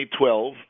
2012